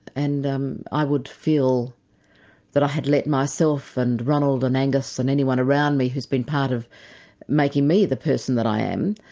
and um i would feel that i had let myself and ronald and angus and anyone around me who's been part of making me the person that i am,